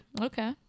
okay